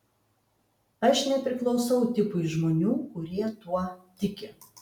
aš nepriklausau tipui žmonių kurie tuo tiki